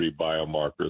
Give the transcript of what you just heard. biomarkers